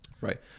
Right